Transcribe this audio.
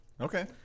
Okay